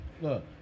Look